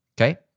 Okay